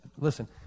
Listen